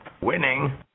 Winning